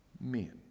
Men